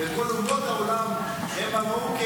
וכל אומות העולם המה ראו כן